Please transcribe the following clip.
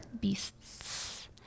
Beasts